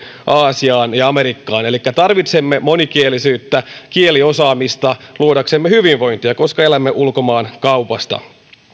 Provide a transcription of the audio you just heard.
aasiaan ja amerikkaan elikkä tarvitsemme monikielisyyttä kieliosaamista luodaksemme hyvinvointia koska elämme ulkomaankaupasta